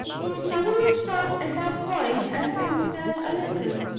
he suddenly stopped at that point, and considered a little.